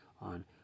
on